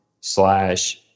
slash